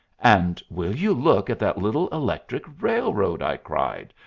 and will you look at that little electric railroad! i cried,